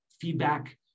feedback